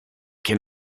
can